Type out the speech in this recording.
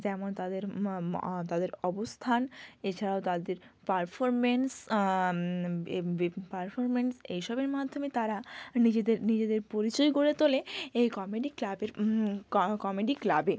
যেমন তাদের তাদের অবস্থান এছাড়াও তাদের পারফর্মেন্স পারফর্মেন্স এই সবের মাধ্যমে তারা নিজেদের নিজেদের পরিচয় গড়ে তোলে এই কমেডি ক্লাবের কমেডি ক্লাবে